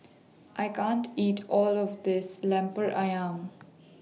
I can't eat All of This Lemper Ayam